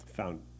Found